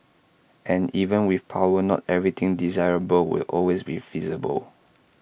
and even with power not everything desirable will always be feasible